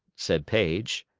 said paige,